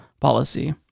policy